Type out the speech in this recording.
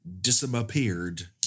disappeared